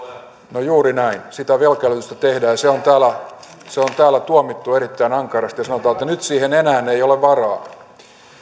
no juuri näin sitä velkaelvytystä tehdään ja se on täällä tuomittu erittäin ankarasti ja sanotaan että nyt siihen enää ei ole varaa